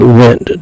went